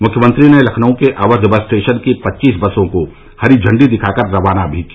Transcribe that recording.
मुख्यमंत्री ने लखनऊ के अवध बस स्टेशन की पच्चीस बसों को हरी झंडी दिखाकर रवाना भी किया